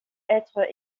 être